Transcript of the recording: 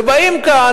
ובאים כאן,